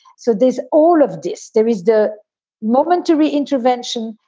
so there's all of this. there is the moment to re intervention.